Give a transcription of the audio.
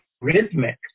rhythmic